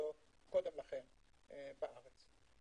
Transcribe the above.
כדוגמתו קודם לכן בארץ.